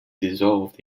dissolved